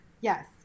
Yes